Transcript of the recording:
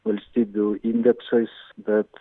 valstybių indeksais bet